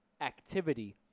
activity